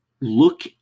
Look